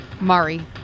Mari